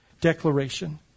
declaration